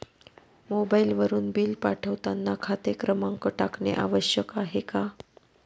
मोबाईलवरून बिल पाठवताना खाते क्रमांक टाकणे आवश्यक आहे का?